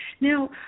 Now